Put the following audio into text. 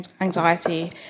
anxiety